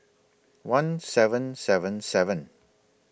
one seven seven seven